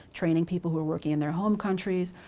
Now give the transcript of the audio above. training people who are working in their home countries.